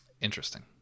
Interesting